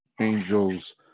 angels